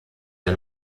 der